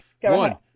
One